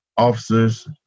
officers